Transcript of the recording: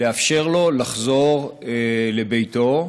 לאפשר לו לחזור לביתו.